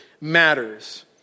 matters